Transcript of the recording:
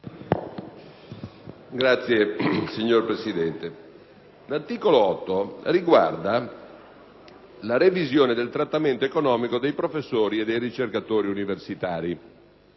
*(PD)*. Signor Presidente, l'articolo 8 riguarda la revisione del trattamento economico dei professori e dei ricercatori universitari